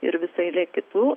ir visa eilė kitų